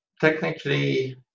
Technically